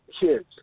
kids